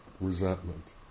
resentment